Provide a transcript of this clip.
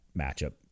matchup